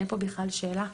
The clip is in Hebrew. אין פה בכלל שאלה.